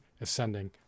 ascending